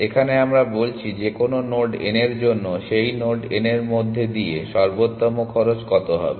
এখানে আমরা বলছি যে কোন নোড n এর জন্য সেই নোড n এর মধ্য দিয়ে সর্বোত্তম খরচ কত হবে